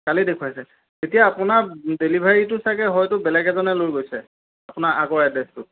কালি দেখুৱাইছে এতিয়া আপোনাক ডেলিভাৰীটো চাগে হয়টো চাগে বেলেগ এজনে লৈ লৈছে আপোনাৰ আগৰ এড্ৰেচটোত